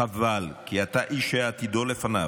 חבל, כי אתה איש שעתידו לפניו.